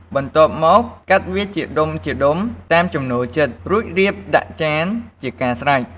បន្ទាប់មក កាត់វាជាដុំៗតាមចំណូលចិត្ត រួចរៀបដាក់ចានជាការស្រេច។